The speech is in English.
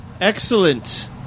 Excellent